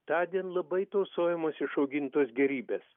tądien labai tausojamos išaugintos gėrybės